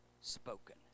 spoken